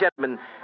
gentlemen